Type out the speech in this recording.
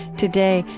today,